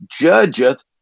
judgeth